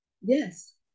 yes